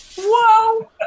Whoa